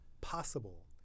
possible